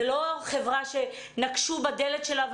זה לא חברה שנקשו בדלת שלה,